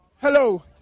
Hello